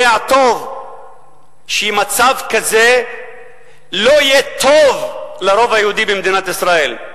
יודע טוב שבמצב כזה לא יהיה טוב לרוב היהודי במדינת ישראל,